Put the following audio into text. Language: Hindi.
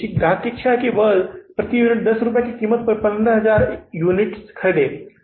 एक विदेशी ग्राहक की इच्छा है कि वह प्रति यूनिट 10 रुपये की कीमत पर 15000 यूनिट खरीदे